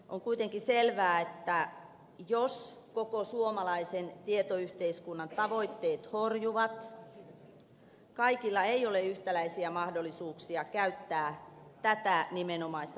on kuitenkin selvää että jos koko suomalaisen tietoyhteiskunnan tavoitteet horjuvat kaikilla ei ole yhtäläisiä mahdollisuuksia käyttää tätä nimenomaista palvelumuotoa